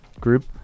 group